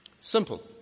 Simple